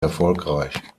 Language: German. erfolgreich